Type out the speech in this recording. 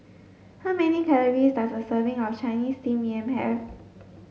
how many calories does a serving of Chinese steamed Yam have